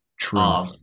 True